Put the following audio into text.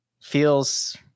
feels